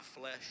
flesh